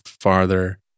farther